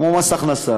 כמו מס הכנסה,